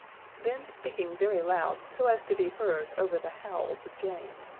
then, speaking very loud so as to be heard over the howls of jane,